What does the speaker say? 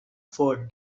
for